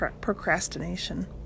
procrastination